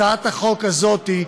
קריאה ראשונה, הצעת חוק הגנת הצרכן (מכירה מיוחדת)